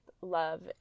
love